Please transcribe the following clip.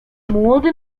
młody